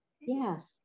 Yes